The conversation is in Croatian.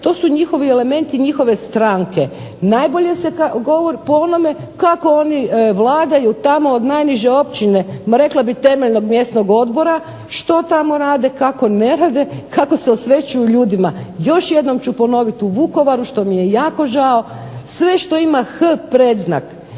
to su njihovi elementi njihove stranke. Najbolje se …/Ne razumije se./… po onome kako oni vladaju tamo od najniže općine, rekla bih temeljnog mjesnog odbora, što tamo rade, kako ne rade, kako se osvećuju ljudima. Još jednom ću ponoviti, u Vukovaru što mi je jako žao sve što ima H pred znam